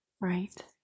Right